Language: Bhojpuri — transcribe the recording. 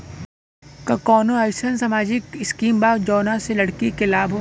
का कौनौ अईसन सामाजिक स्किम बा जौने से लड़की के लाभ हो?